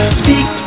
speak